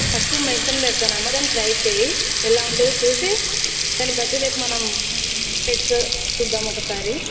first medicine పెడుతున్నాము దాన్నీ try చెయి ఎలా ఉంటుంది చూసి దాన్ని బట్టి రేపు మనం పెట్టుకోండి చూద్దాం ఒకసారి